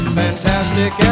fantastic